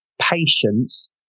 patience